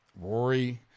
Rory